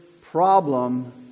problem